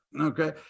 Okay